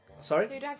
sorry